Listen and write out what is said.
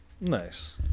nice